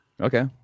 Okay